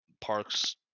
parks